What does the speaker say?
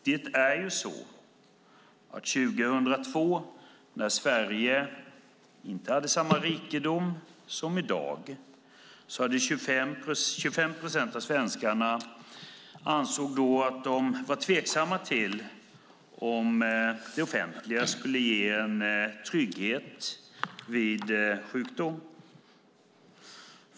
År 2002, när Sverige inte hade samma rikedom som i dag, var 25 procent av svenskarna tveksamma till om det offentliga skulle ge en trygghet vid sjukdom.